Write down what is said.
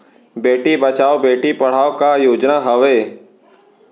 बेटी बचाओ बेटी पढ़ाओ का योजना हवे?